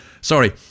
Sorry